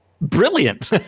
brilliant